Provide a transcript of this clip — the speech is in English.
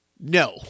No